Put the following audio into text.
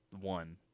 One